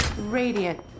radiant